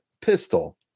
pistol